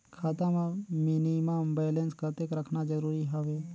खाता मां minimum balance कतेक रखना जरूरी हवय?